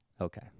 Okay